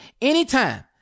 anytime